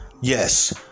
Yes